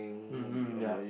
mm yup